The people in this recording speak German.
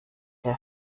der